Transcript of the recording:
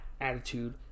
attitude